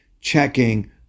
checking